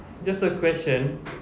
just a question